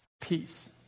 peace